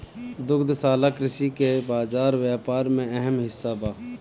दुग्धशाला कृषि के बाजार व्यापार में अहम हिस्सा बा